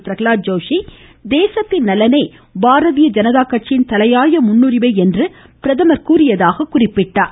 பிரகலாத் ஜோஷி தேசத்தின் நலனே பாரதிய ஜனதா கட்சியின் தலையாய முன்னுரிமை என்று பிரதமர் கூறியதாக குறிப்பிட்டார்